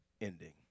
ending